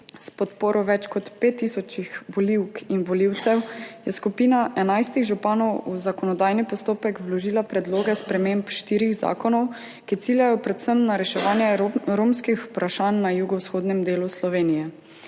S podporo več kot 5 tisočih volivk in volivcev je skupina 11 županov v zakonodajni postopek vložila predloge sprememb štirih zakonov, ki ciljajo predvsem na reševanje romskih vprašanj na jugovzhodnem delu Slovenije.